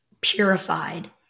purified